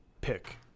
pick